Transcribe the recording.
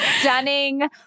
Stunning